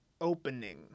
opening